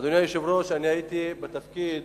אדוני היושב-ראש, הייתי בתפקיד